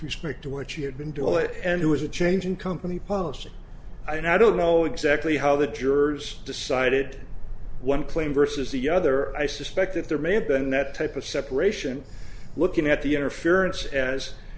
respect to what she had been to all it and who was a change in company policy i now don't know exactly how the jurors decided one claim versus the other i suspect that there may have been that type of separation looking at the interference as